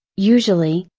usually,